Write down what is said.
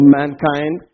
mankind